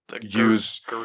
use